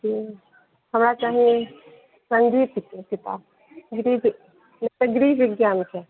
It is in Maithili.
हँ हमरा कनि गृहविज्ञान छै